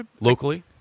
locally